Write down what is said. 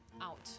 out